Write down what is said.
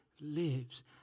lives